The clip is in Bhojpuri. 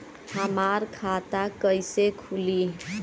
हमार खाता कईसे खुली?